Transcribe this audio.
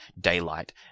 daylight